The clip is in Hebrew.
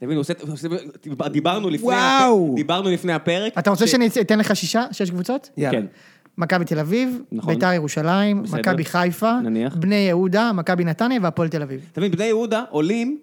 אתה מבין, דיברנו לפני הפרק. אתה רוצה שאני אתן לך שישה שש קבוצות? יאללה. כן. מכבי תל אביב, נכון, מכבי ירושלים, בסדר, מכבי חיפה, נניח, בני יהודה, מכבי נתניה והפועל תל אביב. אתה מבין, בני יהודה עולים...